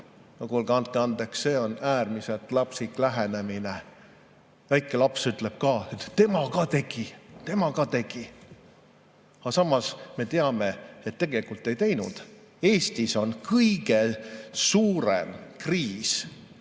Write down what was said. kuulge, andke andeks! See on äärmiselt lapsik lähenemine. Väike laps ütleb, et tema ka tegi, tema ka tegi. Aga samas me teame, et tegelikult ei teinud. Eestis on kõige suurem kriis,